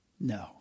No